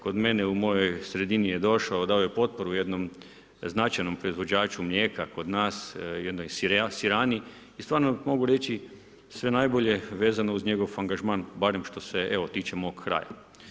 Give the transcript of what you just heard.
Kod mene u mojoj sredini je došao, dao je potporu jednom značajnom proizvođaču mlijeka kod nas, jednoj sirani i stvarno mogu reći sve najbolje vezano uz njegov angažman barem što se tiče mog kraja.